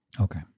Okay